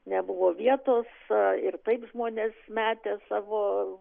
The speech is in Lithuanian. nebuvo vietos ir taip žmonės metė savo